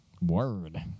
Word